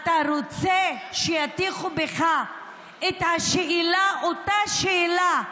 אתה רוצה שיטיחו בך את השאלה, את אותה שאלה,